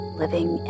living